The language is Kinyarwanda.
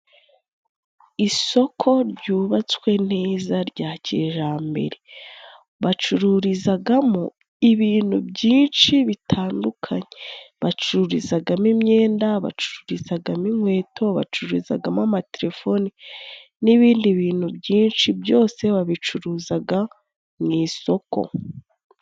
Isoko ryubatswe neza rya kijambere bacururizagamo ibintu byinshi bitandukanye. Bacururizagamo imyenda, bacururizagamo inkweto, bacururizagamo amatelefone, n'ibindi bintu byinshi byose babicuruzaga mu isoko.